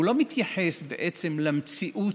והוא לא מתייחס בעצם למציאות,